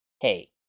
hey